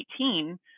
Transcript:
2018